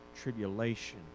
tribulation